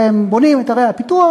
והם בונים את ערי הפיתוח,